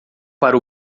para